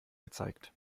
gezeigt